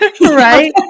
right